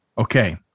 Okay